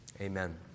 Amen